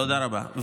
תודה רבה.